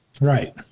Right